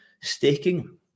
staking